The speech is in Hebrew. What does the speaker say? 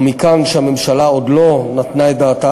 ומכאן שהממשלה עוד לא נתנה את דעתה